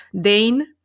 Dane